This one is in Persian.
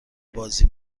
بازی